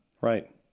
right